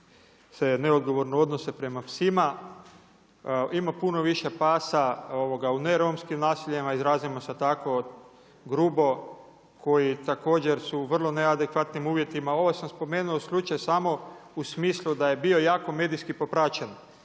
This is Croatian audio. se neodgovorno odnose prema psima, ima puno više pasa u neromskim nasiljima, izrazimo se tako grubo, koji također su u vrlo neadekvatnim uvjetima, ovo sam spomenuo slučaj samo u smislu da je bio jako medijski popraćen.